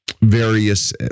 Various